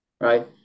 right